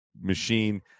machine